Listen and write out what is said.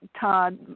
todd